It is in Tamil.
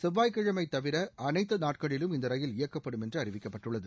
செவ்வாய்க்கிழமை தவிர அனைத்து நாட்களிலும் இந்த ரயில் இயக்கப்படும் என்று அறிவிக்கப்பட்டுள்ளது